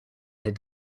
had